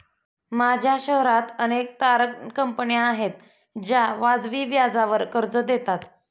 माझ्या शहरात अनेक तारण कंपन्या आहेत ज्या वाजवी व्याजावर कर्ज देतात